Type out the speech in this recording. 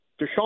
Deshaun